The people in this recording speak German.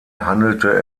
handelte